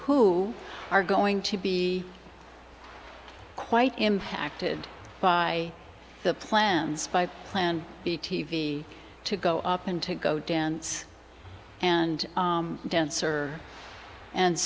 who are going to be quite impacted by the plans by plan b t v to go up and to go dance and dancer and